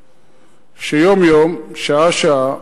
שיום-יום, שעה-שעה,